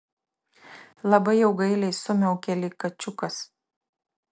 labai jau gailiai sumiaukė lyg kačiukas